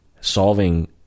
solving